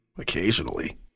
Occasionally